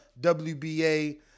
WBA